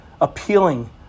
appealing